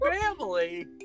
family